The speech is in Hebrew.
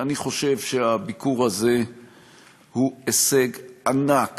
אני חושב שהביקור הזה הוא הישג ענק